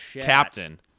Captain